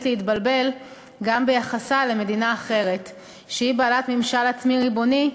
להתבלבל גם ביחסה למדינה אחרת שהיא בעלת ממשל עצמי ריבוני,